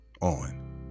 on